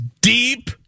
deep